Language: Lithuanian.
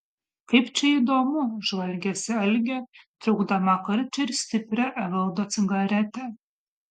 kaip čia įdomu žvalgėsi algė traukdama karčią ir stiprią evaldo cigaretę